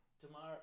Tomorrow